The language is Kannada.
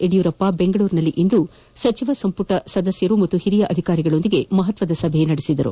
ಯಡಿಯೂರಪ್ಪ ಬೆಂಗಳೂರಿನಲ್ಲಿಂದು ಸಚಿವ ಸಂಪುಟ ಸದಸ್ಯರು ಹಾಗೂ ಹಿರಿಯ ಅಧಿಕಾರಿಗಳೊಂದಿಗೆ ಮಹತ್ವದ ಸಭೆ ನಡೆಸಿದರು